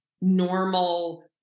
normal